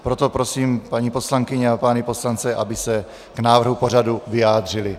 Proto prosím paní poslankyně a pány poslance, aby se k návrhu pořadu vyjádřili.